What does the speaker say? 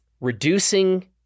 reducing